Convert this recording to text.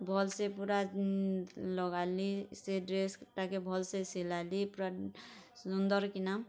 ଭଲସେ ପୁରା ଲଗାଲି ସେ ଡ୍ରେସ୍ ଟାକେ ଭଲ୍ ସେ ଶିଲାଲି ପୁରା ସୁନ୍ଦରକିନା